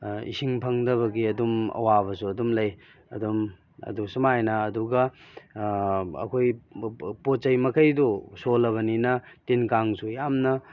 ꯏꯁꯤꯡ ꯐꯪꯗꯕꯒꯤ ꯑꯗꯨꯝ ꯑꯋꯥꯕꯁꯨ ꯑꯗꯨꯝ ꯂꯩ ꯑꯗꯨꯝ ꯑꯗꯨ ꯁꯨꯃꯥꯏꯅ ꯑꯗꯨꯒ ꯑꯩꯈꯣꯏ ꯄꯣꯠ ꯆꯩ ꯃꯈꯩꯗꯨ ꯁꯣꯜꯂꯕꯅꯤ ꯇꯤꯟ ꯀꯥꯡꯁꯨ ꯌꯥꯝꯅ